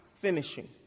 finishing